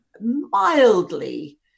mildly